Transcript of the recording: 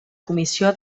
comissió